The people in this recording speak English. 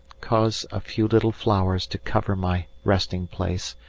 cause a few little flowers to cover my resting-place,